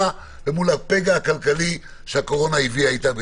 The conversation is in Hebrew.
ואל מול הפגע הכלכלי שהקורונה הביאה איתה.